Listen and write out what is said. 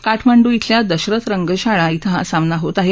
काठमांडू इथल्या दशरथ रंगशाळा इथं हा सामना होत आहे